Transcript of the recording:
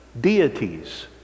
deities